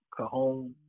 Cajon